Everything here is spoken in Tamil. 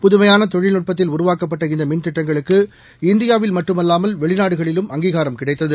புதுமையான தொழில்நுட்பத்தில் உருவாக்கப்பட்ட இந்த மின்திட்டங்களுக்கு இந்தியாவில் மட்டுமல்லாமல் வெளிநாடுகளிலும் அங்கீகாரம் கிடைத்தது